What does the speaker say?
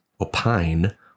opine